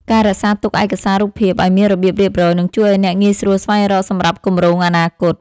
ការរក្សាទុកឯកសាររូបភាពឱ្យមានរបៀបរៀបរយ នឹងជួយឱ្យអ្នកងាយស្រួលស្វែងរកសម្រាប់គម្រោងអនាគត។